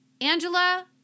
Angela